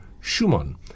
Schumann